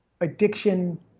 addiction